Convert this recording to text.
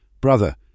Brother